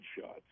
shots